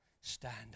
Stand